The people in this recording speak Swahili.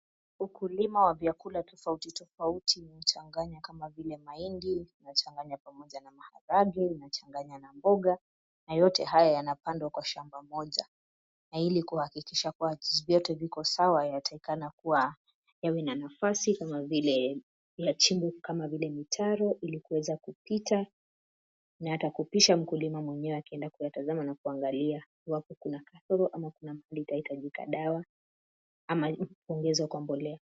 Ukulima wa vyakula tofauti tofauti imechanganywa kama vile mahindi imechanganywa pamoja na maharagwe, imechanganywa na mboga ,na yote haya yanapandwa kwa shamba moja. Na ili kuhakikisha kuwa vyote viko sawa yatakikana kuwa yawe na nafasi kama vile yachimbwe kama vile mtaro ili kuweza kupita, na ata kupisha mkulima mwenyewe akienda kuyatazama na kuangalia wapi kuna kasoro ama kuna mahali itahitajika dawa ama kuongezwa kwa mbolea.